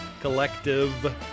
Collective